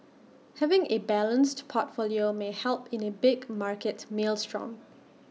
having A balanced portfolio may help in A big market maelstrom